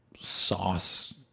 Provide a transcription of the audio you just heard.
sauce